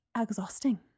exhausting